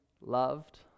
loved